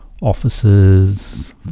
offices